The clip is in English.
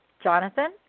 Jonathan